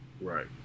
Right